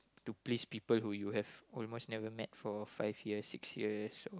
to please people who you have almost never met for five years six years so